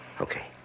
Okay